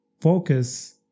focus